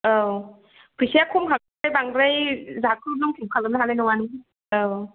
औ फैसाया खम खाङो बांद्राय जाख्रुब लोंख्रुब खालामनो हानाय नङा औ